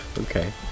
okay